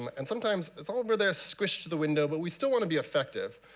um and sometimes it's all over there, squished to the window, but we still want to be effective.